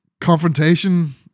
confrontation